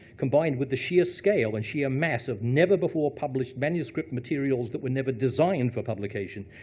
combined with the sheer scale, and sheer mass of never-before-published manuscript materials that were never designed for publication,